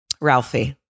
Ralphie